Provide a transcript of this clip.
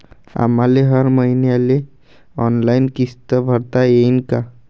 आम्हाले हर मईन्याले ऑनलाईन किस्त भरता येईन का?